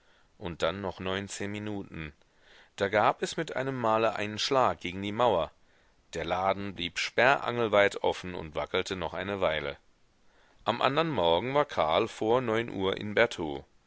und dann noch neunzehn minuten da gab es mit einem male einen schlag gegen die mauer der laden blieb sperrangelweit offen und wackelte noch eine weile am andern morgen war karl vor neun uhr in bertaux